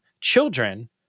children